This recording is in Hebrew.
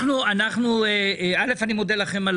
אני מודה לכם על